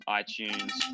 itunes